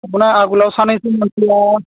माने आगोलाव सानैसो मानसिया